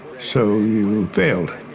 so failed.